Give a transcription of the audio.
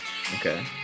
Okay